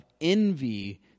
envy